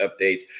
updates